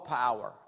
power